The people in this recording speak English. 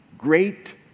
Great